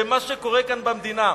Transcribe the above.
במה שקורה כאן במדינה.